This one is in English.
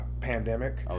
pandemic